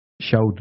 showed